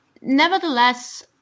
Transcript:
Nevertheless